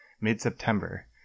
mid-september